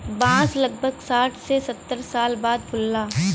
बांस लगभग साठ से सत्तर साल बाद फुलला